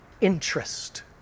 interest